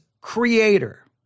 creator